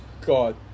god